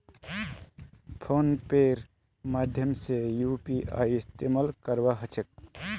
phone पेर माध्यम से यूपीआईर इस्तेमाल करवा सक छी